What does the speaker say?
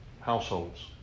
households